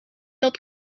dat